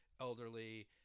elderly